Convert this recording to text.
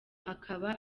akaba